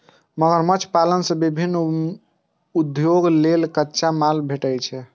मगरमच्छ पालन सं विभिन्न उद्योग लेल कच्चा माल भेटै छै